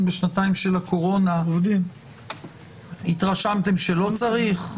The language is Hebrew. בשנתיים של הקורונה התרשמתם שלא צריך?